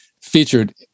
featured